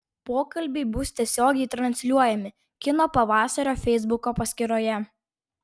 pokalbiai bus tiesiogiai transliuojami kino pavasario feisbuko paskyroje